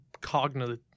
cognitive